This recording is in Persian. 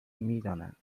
میدانند